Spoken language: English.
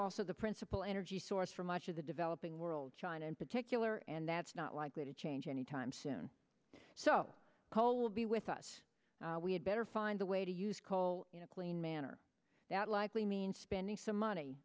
also the principal energy source for much of the developing world china in particular and that's not likely to change anytime soon so coal be with us we had better find a way to use call clean manner that likely means spending some money